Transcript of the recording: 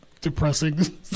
depressing